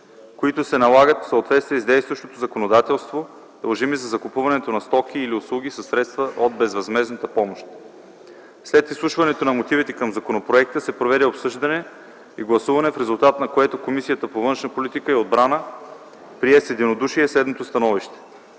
които се налагат в съответствие с действащото законодателство, дължими за закупуването на стоки или услуги със средства от безвъзмездната помощ След изслушването на мотивите към законопроекта се проведе обсъждане и гласуване, в резултат на което Комисията по външна политика и отбрана прие с единодушие следното становище: